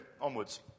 onwards